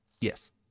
yes